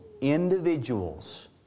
individuals